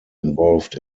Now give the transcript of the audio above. involved